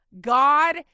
God